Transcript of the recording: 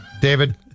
David